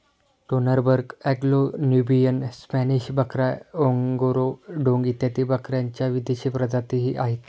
Toggenburg, Anglo Nubian, Spanish बकरा, Angora डोंग इत्यादी बकऱ्यांच्या विदेशी प्रजातीही आहेत